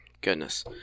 goodness